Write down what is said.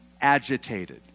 agitated